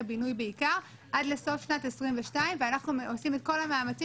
בינוי בעיקר עד לסוף שנת 2022 ואנחנו עושים את כל המאמצים